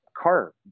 car